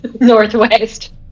northwest